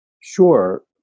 Sure